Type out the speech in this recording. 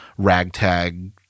Ragtag